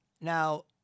now